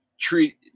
treat